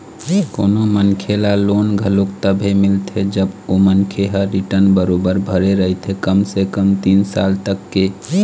कोनो मनखे ल लोन घलोक तभे मिलथे जब ओ मनखे ह रिर्टन बरोबर भरे रहिथे कम से कम तीन साल तक के